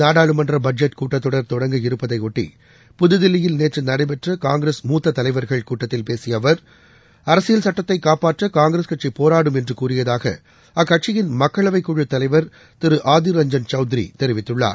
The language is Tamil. நாடாளுமன்றபட்ஜெட் கூட்டத் தொடங்க இருப்பதையொட்டி புதுதில்லியில் தொடர் நேற்றுநடைபெற்றகாங்கிரஸ் பேசியஅவர் கூட்டத்தில் மூத்ததலைவர்கள் அரசியல் சட்டத்தைகாப்பாற்றகாங்கிரஸ் கட்சிபோராடும் என்றுகூறியதாகஅக்கட்சியின் மக்களவை குழு தலைவர் திருஆதிர் ரஞ்சன் சௌத்ரிதெரிவித்துள்ளார்